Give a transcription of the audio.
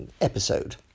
episode